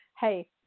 hey